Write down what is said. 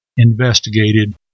investigated